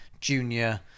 junior